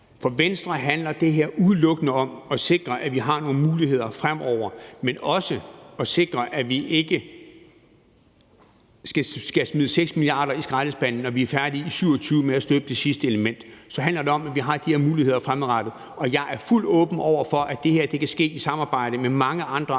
For Venstre handler det her udelukkende om at sikre, at vi har nogle muligheder fremover, men også at sikre, at vi ikke skal smide 6 mia. kr. i skraldespanden, når vi i 2027 er færdige med at støbe det sidste element. Så handler det om, at vi har de her muligheder fremadrettet, og jeg er fuldt åben over for, at det her kan ske i samarbejde med mange andre